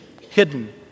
hidden